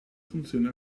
funzione